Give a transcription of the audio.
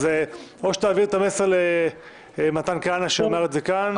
או שתעביר את המסר למתן כהנא שיאמר אותו כאן.